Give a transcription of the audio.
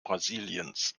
brasiliens